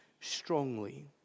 strongly